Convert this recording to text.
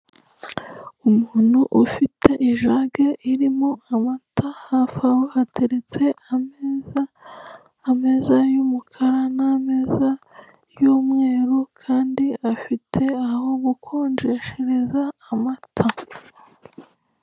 Umuntu ufite ijage irimo amata hafi aho hateretse ameza, ameza y'umukara n'ameza y'umweru kandi afite aho gukonjeshereza amata.